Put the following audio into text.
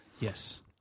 Yes